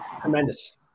tremendous